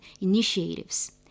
initiatives